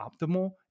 optimal